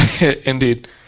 Indeed